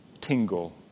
tingle